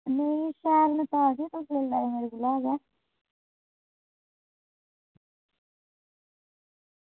नेईं स्टॉक लग्गे दा तुस लेई लैयो मेरे कोला गै